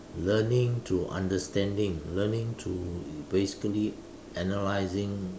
learning through understanding learning through basically analyzing